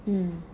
mm